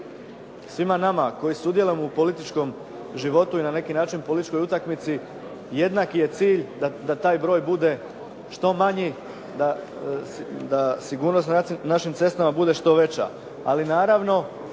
svima nama koji sudjelujemo u političkom životu i na neki način u političkoj utakmici jednak je cilj da taj broj bude što manji, da sigurnost na našim cestama bude što veća. Ali naravno,